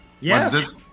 Yes